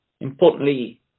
Importantly